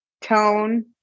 tone